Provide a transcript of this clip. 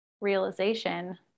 realization